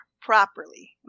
properly